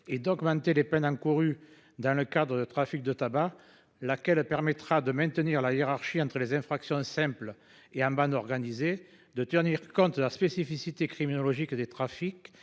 et à augmenter les peines encourues par les trafiquants de tabac, ce qui permettra de maintenir la hiérarchie entre les infractions simples et en bande organisée, tout en tenant compte de la spécificité criminologique des trafics